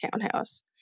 townhouse